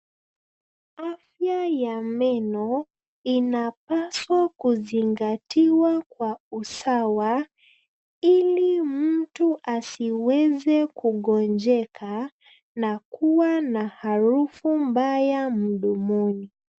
Afya ya meno inapaswa kuzingatiwa kwa usawa ili mtu asiweze kugonjeka na kuwa na harufu mbaya mdomoni.